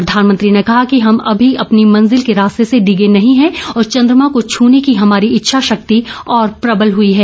प्रधानमंत्री ने कहा कि हम अभी अपनी मंजिल के रास्ते से डिगे नहीं हैं और चंद्रमा को छुने की हमारी इच्छाशक्ति और प्रवल हुई है